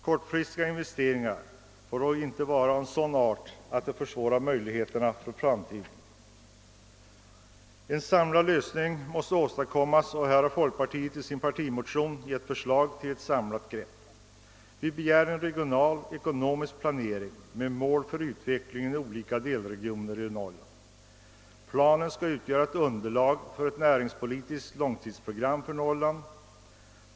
Kortfristiga investeringar får dock inte bli av sådan art att de försvårar möjligheterna för framtiden. En samlad lösning måste åstadkommas, och folkpartiet har i sin partimotion framlagt förslag till ett sådant grepp. Vi begär en regional ekonomisk planering med uppsatta mål för utvecklingen i olika delregioner i Norrland. Planen skall utgöra ett underlag för ett näringspolitiskt långtidsprogram för Norrland.